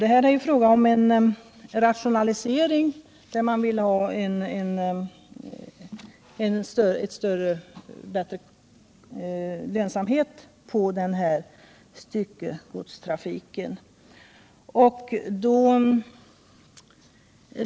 Det gäller ju här en rationalisering som syftar till bättre lönsamhet för styckegodstrafiken.